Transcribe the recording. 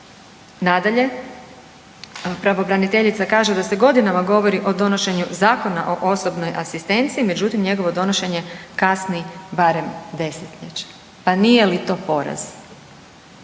Nadalje, pravobraniteljica kaže da se godinama govori o donošenju Zakona o osobnoj asistenciji, međutim, njegovo donošenje kasni barem desetljeće. Pa nije li to poraz?